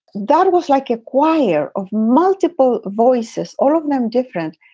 that was like a choir of multiple voices, all of them different,